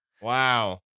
Wow